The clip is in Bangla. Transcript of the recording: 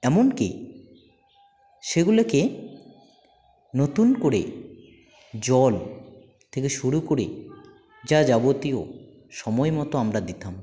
এমন কি সেগুলোকে নতুন করে জল থেকে শুরু করে যা যাবতীয় সময় মতো আমরা দিতাম